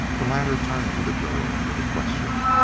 the latter turned to the girl with a question.